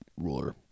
ruler